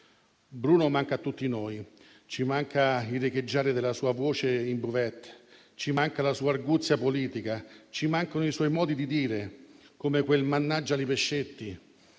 Bruno manca a tutti noi. Ci manca il riecheggiare della sua voce in *buvette*, ci manca la sua arguzia politica, ci mancano i suoi modi di dire, come quel "mannaggia li pescetti",